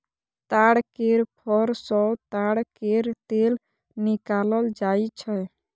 ताड़ केर फर सँ ताड़ केर तेल निकालल जाई छै